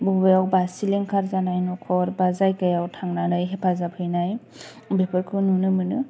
मबेयावबा सिलिंखार जानाय न'खर बा जायगायाव थांनानै हेफाजाब हैनाय बेफोरखौ नुनो मोनो